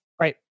right